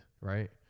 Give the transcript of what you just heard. right